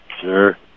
Sure